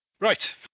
Right